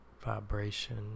vibration